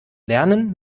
lernen